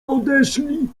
odeszli